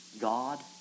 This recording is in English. God